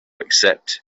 accept